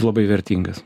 labai vertingas